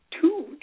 two